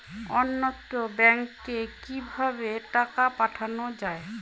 অন্যত্র ব্যংকে কিভাবে টাকা পাঠানো য়ায়?